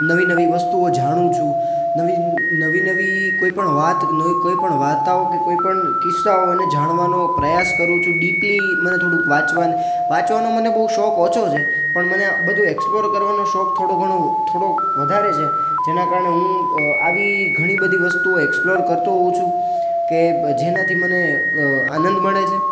નવી નવી વસ્તુઓ જાણું છું નવી નવી કોઈ પણ વાત કોઈ પણ વાર્તાઓ કે કોઈ પણ કિસ્સાઓને જાણવાનો પ્રયાસ કરું છું ડીપલી મને થોડું વાંચવાનું વાંચવાનું મને બહુ શોખ ઓછો છે પણ મને બધું એક્સપ્લોર કરવાનો શોખ થોડો ઘણો થોડોક વધારે છે જેના કારણે હું આવી ઘણી બધી વસ્તુઓ એક્સપ્લોર કરતો હોઉં છું કે જેનાથી મને આનંદ મળે છે